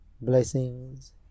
blessings